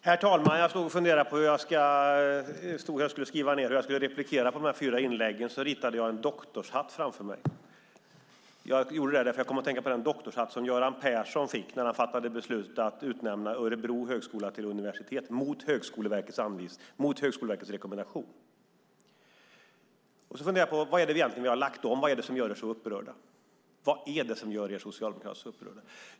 Herr talman! Jag stod och funderade på hur jag skulle bemöta de här fyra inläggen, och så ritade jag en doktorshatt. Jag gjorde det eftersom jag kom att tänka på den doktorshatt som Göran Persson fick när han fattade beslutet att utnämna Örebro högskola till universitet mot Högskoleverkets rekommendation. Sedan funderade jag på vad det egentligen är vi har lagt om. Vad är det som gör er socialdemokrater så upprörda?